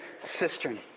cistern